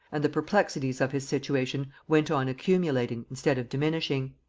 and the perplexities of his situation went on accumulating instead of diminishing.